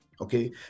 okay